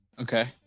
okay